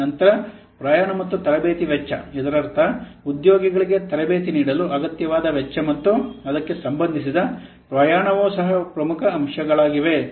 ನಂತರ ಪ್ರಯಾಣ ಮತ್ತು ತರಬೇತಿ ವೆಚ್ಚ ಇದರರ್ಥ ಉದ್ಯೋಗಿಗಳಿಗೆ ತರಬೇತಿ ನೀಡಲು ಅಗತ್ಯವಾದ ವೆಚ್ಚ ಮತ್ತು ಅದಕ್ಕೆ ಸಂಬಂಧಿಸಿದ ಪ್ರಯಾಣವೂ ಸಹ ಪ್ರಮುಖ ಅಂಶಗಳಾಗಿವೆ